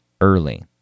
early